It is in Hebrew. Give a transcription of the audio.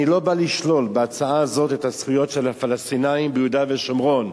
אני לא בא לשלול בהצעה הזאת את הזכויות של הפלסטינים ביהודה ושומרון.